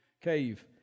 cave